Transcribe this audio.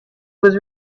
was